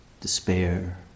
despair